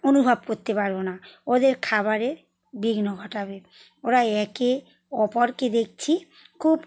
অনুভব করতে পারব না ওদের খাবারের বিঘ্ন ঘটাবে ওরা একে অপরকে দেখছি খুব